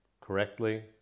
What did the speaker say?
correctly